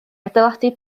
adeiladu